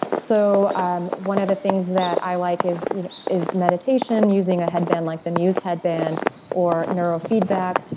so um one of the things that i like is you know is meditation using a headband like the muse headband or neuro-feedback,